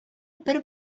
бер